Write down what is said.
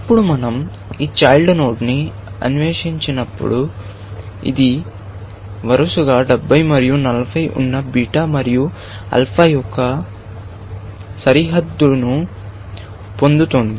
ఇప్పుడు మనం ఈ చైల్డ్ నోడ్ ని అన్వేషించినప్పుడు ఇది వరుసగా 70 మరియు 40 ఉన్న బీటా మరియు ఆల్ఫా యొక్క సరిహద్దును పొందుతోంది